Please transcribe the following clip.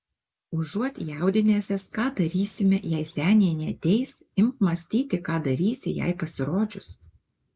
užuot jaudinęsis ką darysime jei senė neateis imk mąstyti ką darysi jai pasirodžius